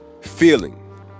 Feeling